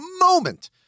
moment